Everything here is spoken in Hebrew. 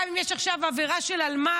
גם אם יש עכשיו עבירה של אלמ"ב,